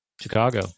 Chicago